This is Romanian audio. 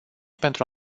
pentru